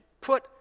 put